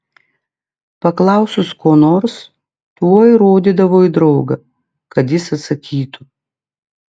paklausus ko nors tuoj rodydavo į draugą kad jis atsakytų